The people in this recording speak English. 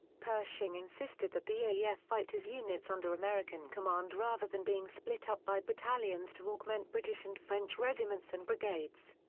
pershing insisted that the aef ah yeah fight as units under american command rather than being split up by battalions to augment british and french regiments and brigades.